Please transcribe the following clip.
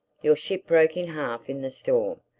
your ship broke in half in the storm.